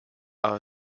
are